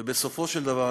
ובסופו של דבר,